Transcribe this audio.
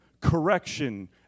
correction